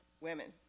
women